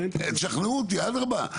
תשכנעו אותי, אדרבא.